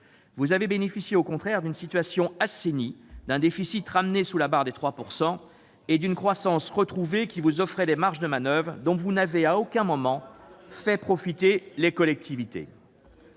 vous avez bénéficié d'une situation assainie, avec un déficit ramené sous la barre des 3 % et une croissance retrouvée qui vous offrait des marges de manoeuvre, dont vous n'avez à aucun moment fait profiter les collectivités